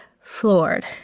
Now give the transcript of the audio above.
floored